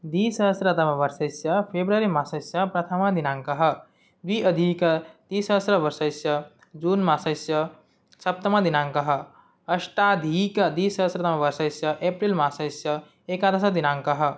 द्विसहस्रतमवर्षस्य फे़ब्रवरि मासस्य प्रथमदिनाङ्कः द्व्यधिक द्विसहस्रवर्षस्य जून् मासस्य सप्तमदिनाङ्कः अष्टाधिक द्विसहस्रतमवर्षस्य एप्रिल् मासस्य एकदशदिनाङ्कः